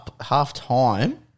half-time